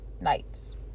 night's